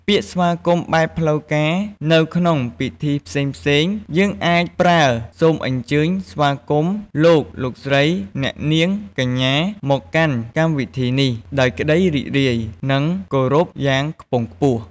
ពាក្យស្វាគមន៍បែបផ្លូវការនៅក្នុងពិធីផ្សេងៗ យើងអាចប្រើ «សូមអញ្ជើញស្វាគមន៍លោក លោកស្រីអ្នកនាងកញ្ញា មកកាន់កម្មវិធីនេះ ដោយក្តីរីករាយ និងគោរពយ៉ាងខ្ពង់ខ្ពស់។»